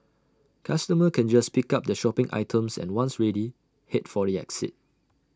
customers can just pick up their shopping items and once ready Head for the exit